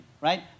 right